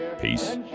Peace